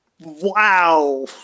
Wow